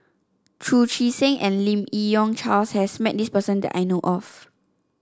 Chu Chee Seng and Lim Yi Yong Charles has met this person that I know of